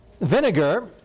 vinegar